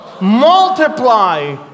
Multiply